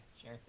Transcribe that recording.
sure